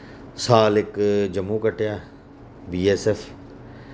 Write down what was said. साल इक जम्मू कट्टेआ बी अस एफ